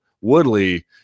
Woodley